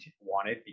wanted